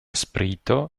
sprito